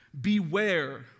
Beware